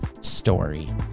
story